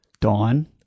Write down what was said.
Dawn